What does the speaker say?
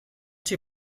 too